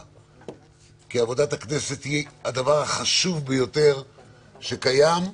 עבודת הכנסת היא הדבר החשוב ביותר שקיים,